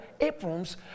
aprons